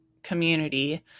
community